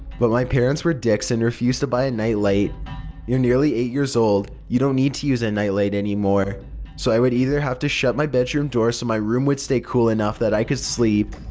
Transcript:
but my parents were dicks and refused to buy a night light you're nearly eight years old, you don't need to use a nightlight anymore so i would either have to shut my bedroom door so my room would stay cool enough that i could sleep,